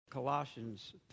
Colossians